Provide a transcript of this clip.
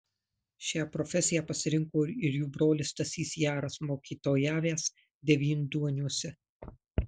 šią profesiją pasirinko ir jų brolis stasys jaras mokytojavęs devynduoniuose